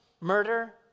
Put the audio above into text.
murder